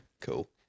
Cool